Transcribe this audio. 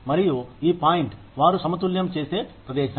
మరియు ఈ పాయింట్ వారు సమతుల్యం చేసే ప్రదేశం